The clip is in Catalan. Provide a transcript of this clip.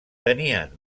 tenien